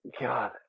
God